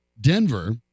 Denver